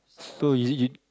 so is it you